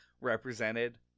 represented